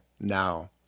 now